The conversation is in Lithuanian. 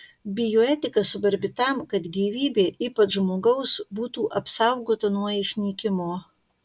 bioetika svarbi tam kad gyvybė ypač žmogaus būtų apsaugota nuo išnykimo